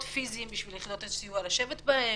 פיזיים בשביל שיחידות הסיוע יוכלו לשבת בהם,